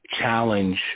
challenge